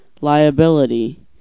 liability